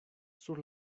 sur